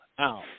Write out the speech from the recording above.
out